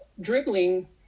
dribbling